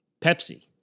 Pepsi